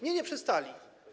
Nie, nie przestali.